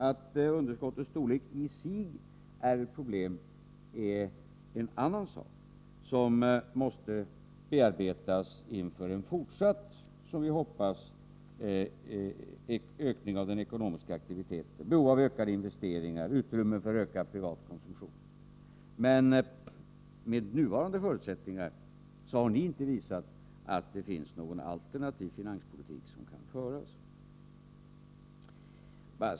Att underskottets storlek i sig är ett problem är en annan sak som måste bearbetas inför en fortsatt, som vi hoppas, ökning av den ekonomiska aktiviteten, med behov av ökade investeringar och utrymme för ökad privat konsumtion. Men med nuvarande förutsättningar har ni inte visat att det finns någon alternativ finanspolitik som kan föras.